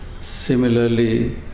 similarly